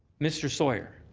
mr. sawyer,